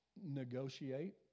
negotiate